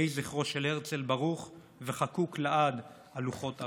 יהי זכרו של הרצל ברוך וחקוק לעד על לוחות עמנו.